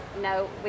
no